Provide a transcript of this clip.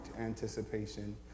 anticipation